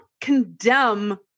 condemn